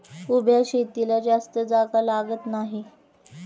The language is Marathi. उभ्या शेतीला जास्त जागा लागत नाही